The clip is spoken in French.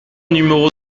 numéro